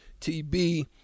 TB